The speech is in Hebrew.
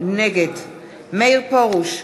נגד מאיר פרוש,